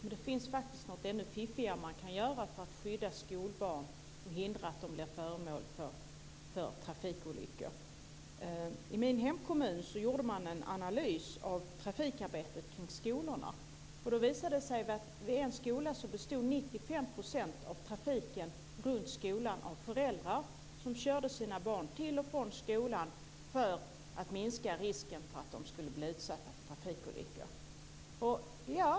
Men det finns faktiskt något ännu fiffigare man kan göra för att skydda skolbarn och hindra att de blir offer för trafikolyckor. I min hemkommun gjorde man en analys av trafiken kring skolorna. Då visade det sig att vid en skola bestod 95 % av trafiken runt skolan av föräldrar som körde sina barn till och från skolan för att minska risken att de skulle bli utsatta för trafikolyckor.